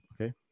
Okay